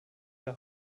der